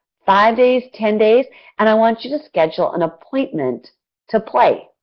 five days, ten days and i want you to schedule an appointment to play.